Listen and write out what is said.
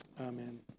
Amen